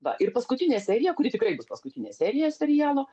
va ir paskutinė serija kuri tikrai bus paskutinė serija serialo